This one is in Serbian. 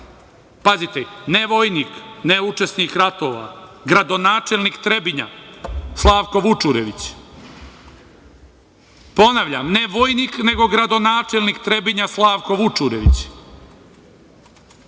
pazite, ne vojnik, ne učesnik ratova, gradonačelnik Trebinja Slavko Vučurević. Ponavljam, ne vojnik, nego gradonačelnik Trebinja, Slavko Vučurević.